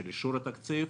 של אישור התקציב,